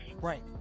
Right